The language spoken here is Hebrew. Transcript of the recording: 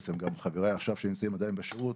בעצם גם חבריי עכשיו שנמצאים עדיין בשירות,